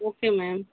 okay ma'am